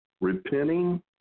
Repenting